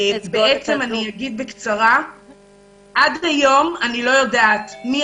אגיד בקצרה שעד היום אני לא יודעת מי